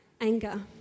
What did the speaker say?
anger